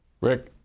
RICK